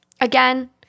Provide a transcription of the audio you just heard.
again